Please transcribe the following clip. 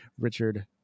Richard